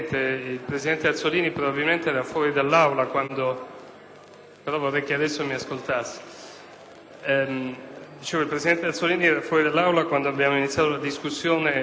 il presidente Azzollini era fuori dall'Aula quando abbiamo iniziato la discussione su questa vicenda. Parliamo di una struttura che già esiste nell'ambito della Presidenza del Consiglio